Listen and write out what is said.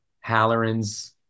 halloran's